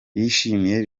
yishimiye